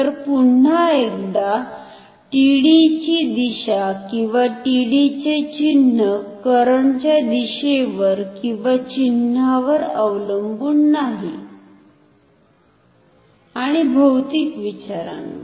तर पुन्हा एकदा TD ची दिशा किंवा TD चे चिन्ह करंट च्या दिशेवर किंवा चिन्हावर अवलंबुन नाही आणी भौतिक विचारांवर